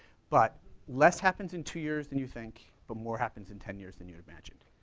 but less happens in two years than you think, but more happens in ten years than you'd imagined.